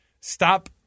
stop